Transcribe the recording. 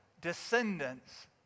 descendants